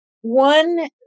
one